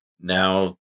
Now